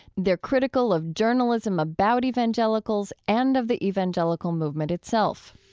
they're critical of journalism about evangelicals and of the evangelical movement itself